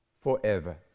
forever